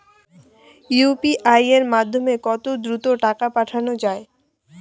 UPI এর মাধ্যমে কত দ্রুত টাকা পাঠানো যায়?